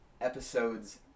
episodes